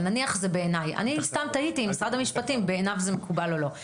אבל תהיתי אם בעיני משרד המשפטים זה מקובל או לא.